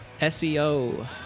SEO